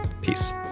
Peace